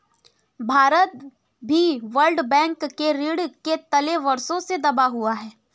भारत भी world bank के ऋण के तले वर्षों से दबा हुआ है